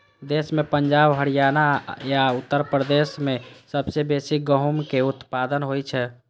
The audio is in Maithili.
देश मे पंजाब, हरियाणा आ उत्तर प्रदेश मे सबसं बेसी गहूमक उत्पादन होइ छै